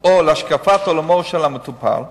או להשקפת עולמו של המטופל,